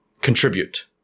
contribute